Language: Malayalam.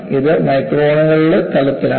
ഇത് മൈക്രോണുകളുടെ തലത്തിലാണ്